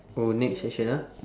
oh next question ah